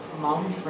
mom